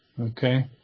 okay